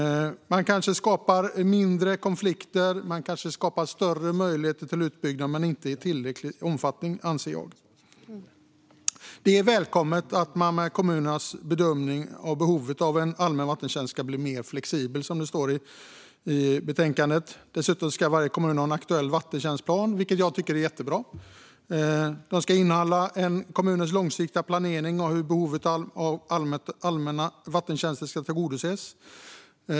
Man kanske skapar färre konflikter och större möjligheter till utbyggnad, men det sker inte i tillräcklig omfattning, anser jag. Det är välkommet att kommunernas bedömning av behovet av en allmän vattentjänst ska bli mer flexibel, som det står i betänkandet. Dessutom ska varje kommun ha en aktuell vattentjänstplan, vilket jag tycker är jättebra. Den ska innehålla kommunens långsiktiga planering av hur behovet av allmänna vattentjänster ska tillgodoses.